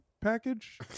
package